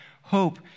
hope